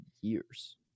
years